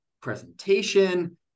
presentation